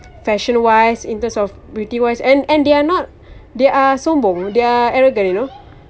fashion wise in terms of beauty wise and and they are not they are sombong they are arrogant you know